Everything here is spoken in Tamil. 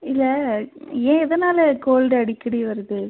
இல்லை ஏன் எதனால் கோல்டு அடிக்கடி வருது